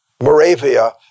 Moravia